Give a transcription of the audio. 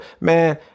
Man